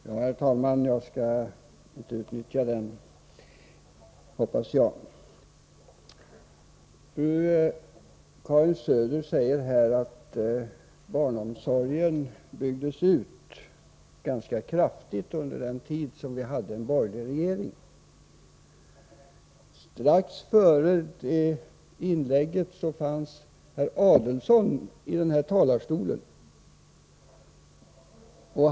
Herr talman! Jag skall inte utnyttja hela repliktiden, hoppas jag. Karin Söder säger att barnomsorgen byggdes ut ganska kraftigt under den tid som vi hade en borgerlig regering. Strax före det inlägget stod herr Adelsohn i talarstolen.